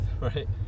right